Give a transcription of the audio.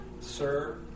Sir